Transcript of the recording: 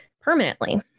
permanently